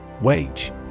Wage